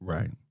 Right